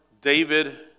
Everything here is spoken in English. David